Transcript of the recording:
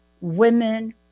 Women